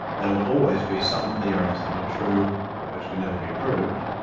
there will always be some theorems that are true, but which can never be proved,